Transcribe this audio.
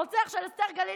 הרוצח של אסתר גלילי,